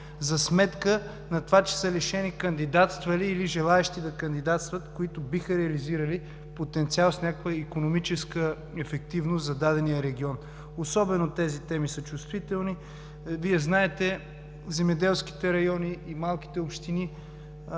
за сметка на това, че са лишени кандидатстващи или желаещи да кандидатстват, които биха реализирали потенциал с някаква икономическа ефективност за дадения регион. Тези теми са особено чувствителни. Вие знаете, земеделските райони и малките общини